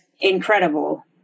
incredible